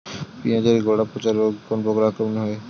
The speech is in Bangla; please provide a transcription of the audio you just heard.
পিঁয়াজ এর গড়া পচা রোগ কোন পোকার আক্রমনে হয়?